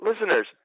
listeners